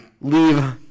leave